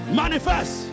manifest